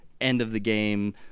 end-of-the-game